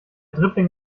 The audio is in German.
dribbling